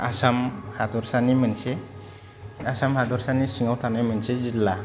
आसाम हादरसानि मोनसे आसाम हादरसानि सिङाव थानाय मोनसे जिल्ला